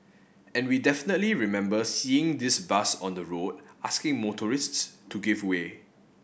and we definitely remembers seeing this bus on the road asking motorists to give way